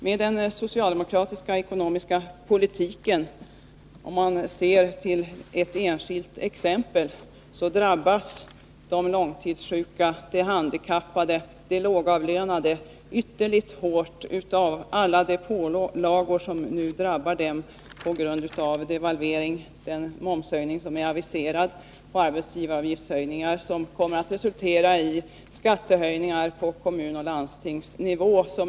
Med den socialdemokratiska ekonomiska politiken drabbas de långtidssjuka, de handikappade och de lågavlönade ytterligt hårt av alla pålagor som nu följer av devalveringen, den aviserade momshöjningen och arbetsgivaravgiftshöjningar som kommer att resultera i skattehöjningar på kommunoch landstingsnivå.